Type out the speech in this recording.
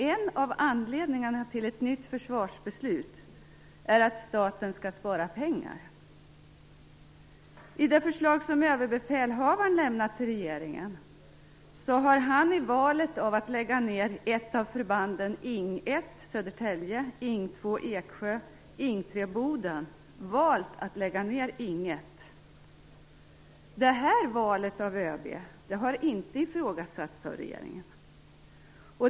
En av anledningarna till att ett nytt försvarsbeslut skall fattas är ju att staten skall spara pengar. I det förslag som Överbefälhavaren lämnat till regeringen har han i valet mellan att lägga ned något av förbanden Ing 1 i Södertälje, Ing 2 i Eksjö och Ing 3 i Boden bestämt sig för att lägga ned Ing 1. Detta ÖB:s val har inte ifrågasatts av regeringen.